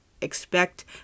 expect